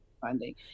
funding